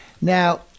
Now